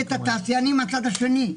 התחילה היום קבועה ל-1 בדצמבר.